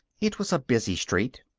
it was a busy street.